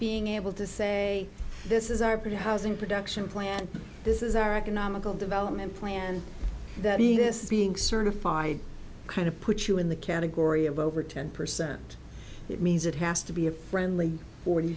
being able to say this is our pretty housing production plan this is our economical development plan this is being certified kind of put you in the category of over ten percent that means it has to be a friendly forty